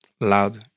loud